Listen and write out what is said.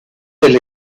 del